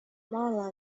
marla